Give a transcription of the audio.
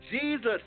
jesus